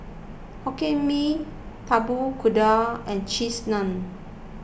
Hokkien Mee Tapak Kuda and Cheese Naan